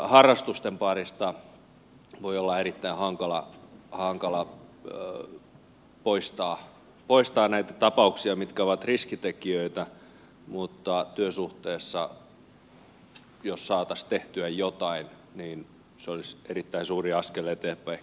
harrastusten parista voi olla erittäin hankala poistaa näitä tapauksia mitkä ovat riskitekijöitä mutta työsuhteessa jos saataisiin tehtyä jotain niin se olisi erittäin suuri askel eteenpäin